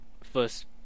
first